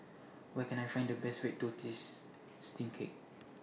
Where Can I Find The Best Red Tortoise Steamed Cake